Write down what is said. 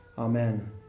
Amen